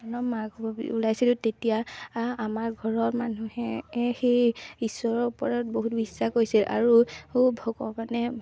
মই মাক ওলাইছিলোঁ তেতিয়া আমাৰ ঘৰৰ মানুহে সেই ঈশ্বৰৰ ওপৰত বহুত বিশ্বাস কৰিছিল আৰু উ ভগৱানে